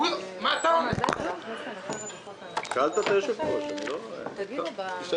הרווחה אבל אני מבקש